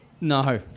No